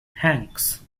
hanks